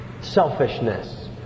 selfishness